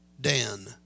Dan